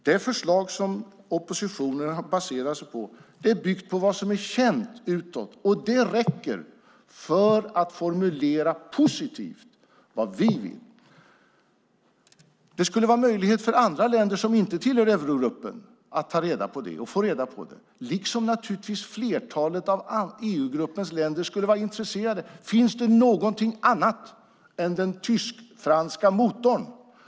Det förslag som oppositionen baserar sig på är byggt på vad som är känt utåt, och det räcker för att formulera positivt vad vi vill. Det skulle vara möjligt för andra länder som inte tillhör eurogruppen att få reda på detta, och naturligtvis skulle flertalet av EU-gruppens länder vara intresserade. Finns det någonting annat än den tysk-franska motorn?